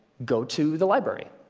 go to the library,